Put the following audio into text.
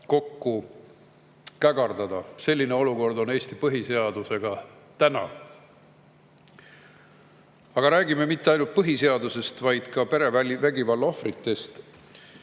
kokku kägardada. Selline olukord on Eesti põhiseadusega täna. Aga räägime mitte ainult põhiseadusest, vaid ka perevägivalla ohvritest.